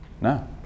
No